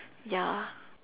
ya